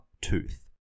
Tooth